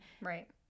Right